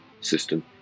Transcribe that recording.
system